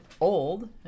old